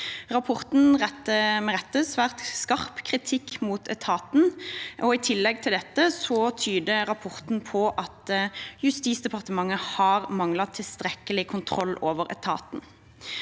Rapporten retter med rette svært skarp kritikk mot etaten, og i tillegg tyder rapporten på at Justisdepartementet har manglet tilstrekkelig kontroll over etaten.